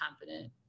confident